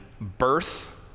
birth